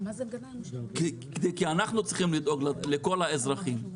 כי אנחנו צריכים לדאוג לכל האזרחים,